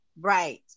Right